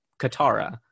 Katara